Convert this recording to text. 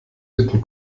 witten